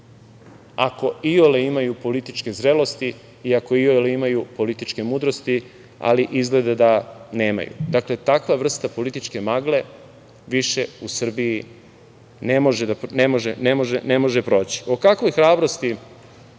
Ako iole imaju političke zrelosti i ako iole imaju političke mudrosti, ali izgleda da nemaju. Dakle, takva vrsta političke magle više u Srbiji ne može proći.O kakvoj hrabrosti,